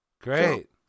Great